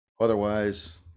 Otherwise